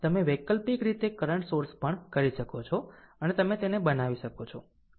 તમે વૈકલ્પિક રીતે કરંટ સોર્સ પણ કરી શકો છો અને તમે તેને બનાવી શકો છો